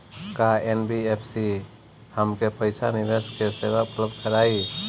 का एन.बी.एफ.सी हमके पईसा निवेश के सेवा उपलब्ध कराई?